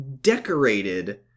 decorated